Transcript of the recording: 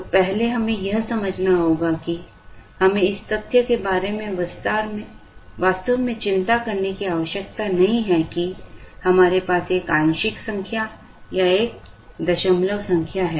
तो पहले हमें यह समझना है कि हमें इस तथ्य के बारे में वास्तव में चिंता करने की आवश्यकता नहीं है कि हमारे पास एक आंशिक संख्या या एक दशमलव संख्या है